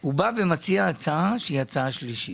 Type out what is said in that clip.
הוא בא ומציע הצעה שהיא הצעה שלישית.